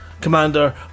Commander